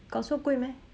got so 贵 meh